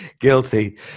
Guilty